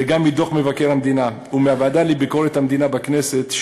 וגם מדוח מבקר המדינה ומהוועדה לביקורת המדינה בכנסת,